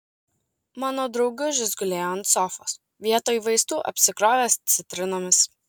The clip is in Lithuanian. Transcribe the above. mano draugužis gulėjo ant sofos vietoj vaistų apsikrovęs citrinomis